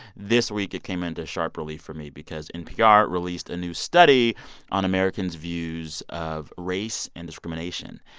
this week, it came into sharp relief for me because npr released a new study on americans' views of race and discrimination.